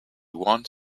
one